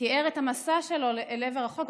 את המסע שלו לעבר החוק,